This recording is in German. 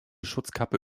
schutzkappe